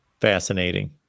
Fascinating